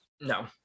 No